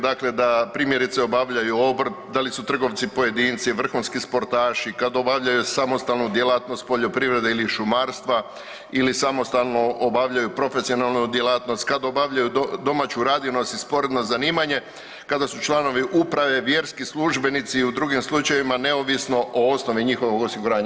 Dakle, da primjerice obavljaju obrt, da li su trgovci pojedinci, vrhunski sportaši, kad obavljaju samostalnu djelatnost poljoprivrede ili šumarstva ili samostalno obavljaju profesionalnu djelatnost, kad obavljaju domaću radinost i sporedno zanimanje, kada su članovi uprave, vjerski službenici i u drugim slučajevima neovisno o osnovi njihovog osiguranja.